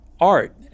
art